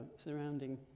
surrounding.